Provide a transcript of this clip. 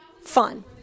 fun